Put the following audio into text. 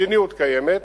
המדיניות קיימת,